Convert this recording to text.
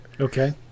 Okay